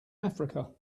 africa